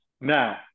Now